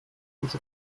diese